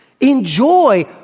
enjoy